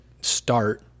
start